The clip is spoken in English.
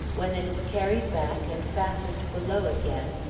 when it is carried back and fastened below again,